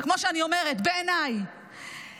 וכמו שאני אומרת, בעיניי